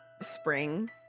spring